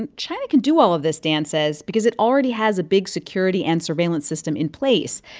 and china can do all of this, dan says, because it already has a big security and surveillance system in place.